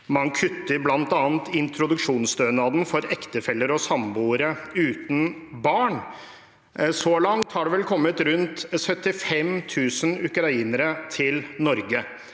Man kutter bl.a. introduksjonsstønaden for ektefeller og samboere uten barn. Så langt har det vel kommet rundt 75 000 ukrainere til Norge.